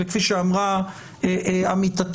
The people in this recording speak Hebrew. וכפי שאמרה עמיתתי,